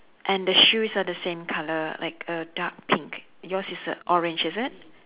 and the shoes are the same colour like a dark pink yours is a orange is it